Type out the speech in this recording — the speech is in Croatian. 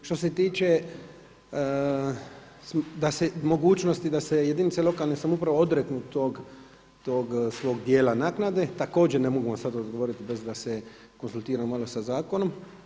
Što se tiče mogućnosti da se jedinice lokalne samouprave odreknu tog svog dijela naknade, također ne mogu vam sada odgovoriti bez da se konzultiram malo sa zakonom.